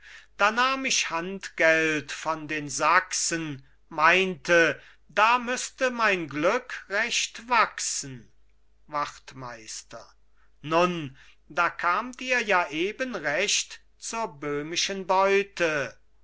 da nahm ich handgeld von den sachsen meinte da müßte mein glück recht wachsen wachtmeister nun da kamt ihr ja eben recht zur böhmischen beute